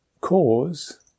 cause